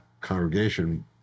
congregation